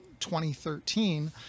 2013